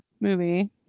movie